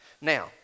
Now